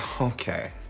Okay